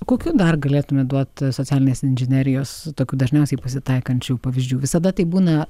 kokių dar galėtumėm duoti socialinės inžinerijos tokių dažniausiai pasitaikančių pavyzdžių visada taip būna